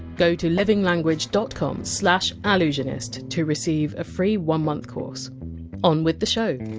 go to livinglanguage dot com slash ah allusionist to receive a free one month course on with the show